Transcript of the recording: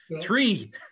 Three